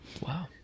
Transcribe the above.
Wow